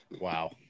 wow